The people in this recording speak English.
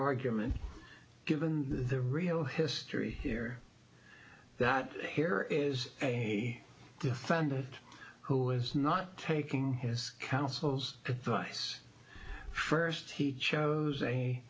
argument given the real history here that here is a defendant who is not taking his counsel's advice first he chose a